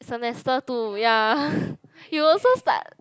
semester two ya you also start